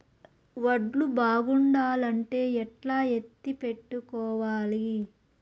వడ్లు బాగుండాలంటే ఎట్లా ఎత్తిపెట్టుకోవాలి?